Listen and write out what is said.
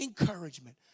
encouragement